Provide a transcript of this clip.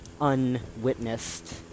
unwitnessed